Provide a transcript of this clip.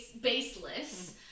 baseless